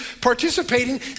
participating